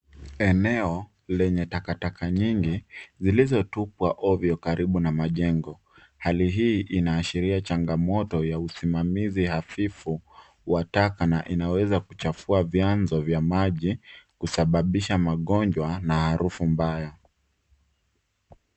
Eneo lenye takataka nyingi zilizotupwa ovyo karibu na majengo, hali hii inaashiria changamoto ya usimamizi hafifu wa taka na inaweza kuchafua vyanzo vya maji, kusababisha magonjwa na harufu mbaya.